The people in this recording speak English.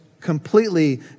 completely